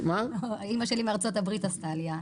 אמא שלי מארצות הברית עשתה עלייה.